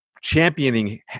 championing